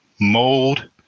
mold